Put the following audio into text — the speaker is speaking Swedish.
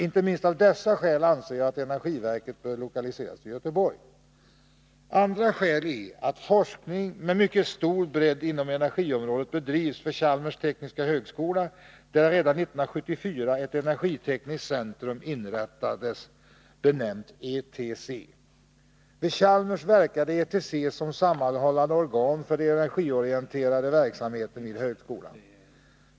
Inte minst av dessa skäl anser jag att energiverket bör lokaliseras till Göteborg. Ett annat skäl är att forskning med mycket stor bredd inom energiområdet bedrivs vid Chalmers tekniska högskola, där ett energitekniskt centrum, benämnt ETC, inrättades redan 1974. Vid Chalmers verkar ETC som ett sammanhållande organ för den energiorienterade verksamheten vid högskolan.